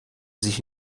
sich